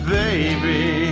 baby